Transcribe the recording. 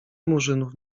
murzynów